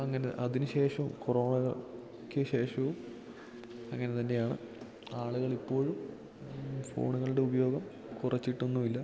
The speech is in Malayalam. അങ്ങനെ അതിന് ശേഷവും കൊറോണക്ക് ശേഷവും അങ്ങനെ തന്നെയാണ് ആളുകൾ ഇപ്പോഴും ഫോണ്കളുടെ ഉപയോഗം കുറച്ചിട്ട് ഒന്നും ഇല്ല